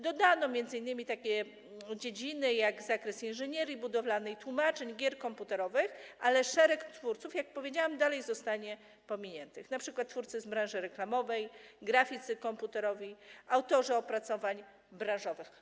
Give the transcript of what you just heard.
Dodano m.in. takie dziedziny jak inżynieria budowlana, tłumaczenia, gry komputerowe, ale szereg twórców, jak powiedziałam, dalej zostanie pominiętych, np. twórcy z branży reklamowej, graficy komputerowi, autorzy opracowań branżowych.